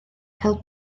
cael